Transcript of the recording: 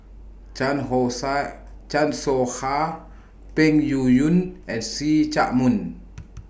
Chan Ho Sha Chan Soh Ha Peng Yuyun and See Chak Mun